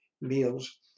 meals